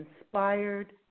inspired